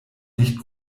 nicht